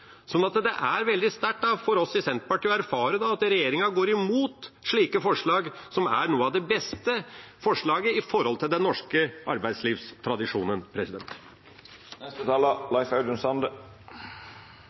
det er veldig sterkt for oss i Senterpartiet å erfare at regjeringen går imot slike forslag, som er noe av det beste for den norske arbeidslivstradisjonen.